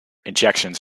injections